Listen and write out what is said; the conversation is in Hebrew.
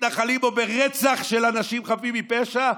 מתנחלים או ברצח של אנשים חפים מפשע,